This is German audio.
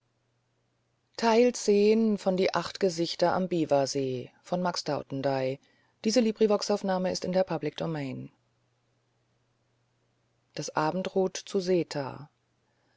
das abendrot mit